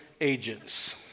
agents